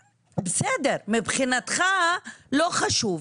מבחינתך לא חשוב.